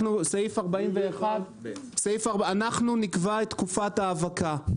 אנחנו, סעיף 41, אנחנו נקבע את תקופת ההאבקה.